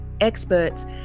experts